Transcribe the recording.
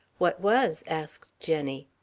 what was? asked jenny.